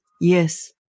Yes